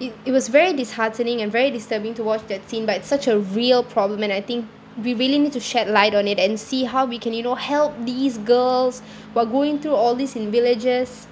it it was very disheartening and very disturbing to watch that scene but it's such a real problem and I think we really need to shed light on it and see how we can you know help these girls who are going through all these in villages